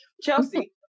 Chelsea